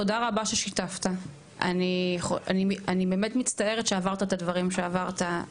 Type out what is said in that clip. תודה רבה ששיתפת אני באמת מצטערת שעברת את הדברים שעברת,